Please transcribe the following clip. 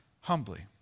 humbly